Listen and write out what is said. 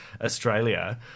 Australia